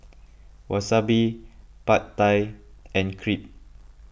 Wasabi Pad Thai and Crepe